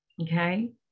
Okay